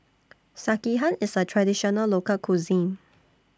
Sekihan IS A Traditional Local Cuisine